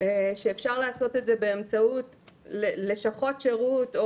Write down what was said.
שאפשר לעשות את זה באמצעות לשכות שירות,